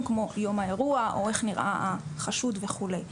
כמו יום האירוע או איך נראה החשוד וכולי.